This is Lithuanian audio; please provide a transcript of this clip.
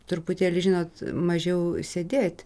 truputėlį žinot mažiau sėdėt